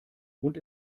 und